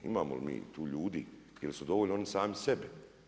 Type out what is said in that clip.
Imamo li mi tu ljudi ili su dovoljni oni sami sebi?